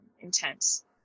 intense